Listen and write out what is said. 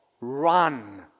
run